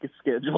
schedule